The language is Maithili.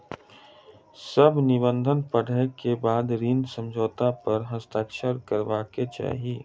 सभ निबंधन पढ़ै के बाद ऋण समझौता पर हस्ताक्षर करबाक चाही